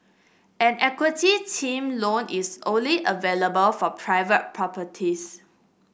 an equity term loan is only available for private properties